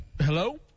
Hello